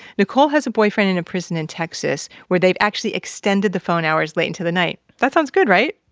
nicole has a boyfriend in a prison in texas where they've actually extended the phone hours late into the night. that sounds good, right?